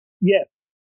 Yes